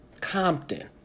Compton